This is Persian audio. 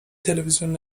تلویزیون